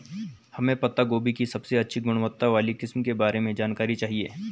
हमें पत्ता गोभी की सबसे अच्छी गुणवत्ता वाली किस्म के बारे में जानकारी चाहिए?